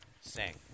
sing